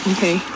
Okay